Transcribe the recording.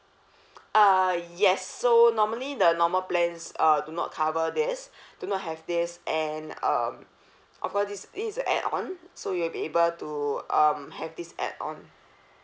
uh yes so normally the normal plans uh do not cover this do not have this and um of course this is this is a add on so you'll be able to um have this add on